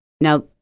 Now